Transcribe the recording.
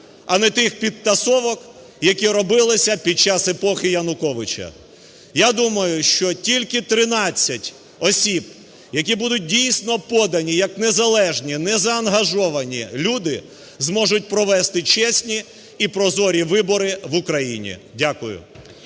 а не тих підтасовок, які робилися під час епохи Януковича. Я думаю, що тільки 13 осіб, які будуть дійсно подані, як незалежні, незаангажовані люди, зможуть провести чесні і прозорі вибори в Україні. Дякую.